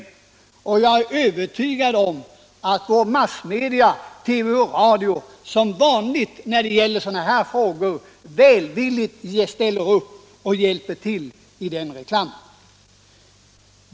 Jag är dessutom övertygad om att våra massmedia, t.ex. TV och radio, som vanligt i sådana sammanhang välvilligt kommer att ställa upp och hjälpa till med den reklamen.